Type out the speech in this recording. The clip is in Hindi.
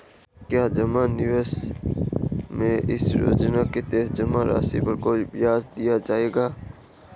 क्या जमा निवेश में इस योजना के तहत जमा राशि पर कोई ब्याज दिया जाएगा?